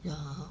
ya